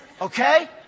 Okay